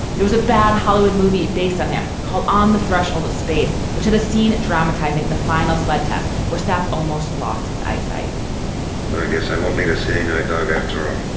there was a bad hollywood movie based on him called on the threshold of space, which had a scene dramatizing the final sled test or stop almost lost his eyesight i guess i won't need a seeing eye dog after